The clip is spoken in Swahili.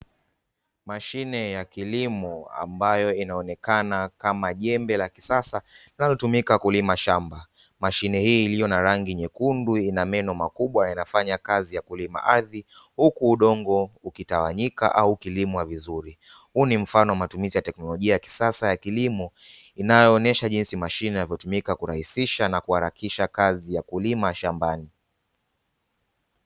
Mashine ya kilimo ambayo inaonekana kama jembe la kisasa, linalotumika kulima shamba. Mashine hii iliyo na rangi nyekundu ina meno makubwa yanafanya kazi ya kulima ardhi huku udongo ukitawanyika au kulimwa vizuri. Huu ni mfano wa matumizi ya teknolojia ya kisasa ya kilimo inayoonyesha jinsi mashine ya kutumika kurahisisha na kuharakisha kazi ya kulima shambani.